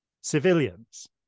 Civilians